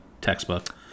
textbook